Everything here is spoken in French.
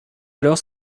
alors